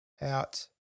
out